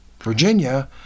Virginia